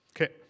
Okay